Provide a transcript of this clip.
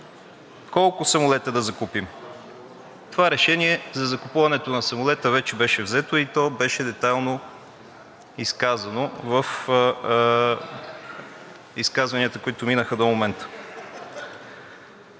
колко самолета да закупим. Това решение за закупуването на самолета вече беше взето и то беше детайлно изказано в изказванията, които минаха до момента.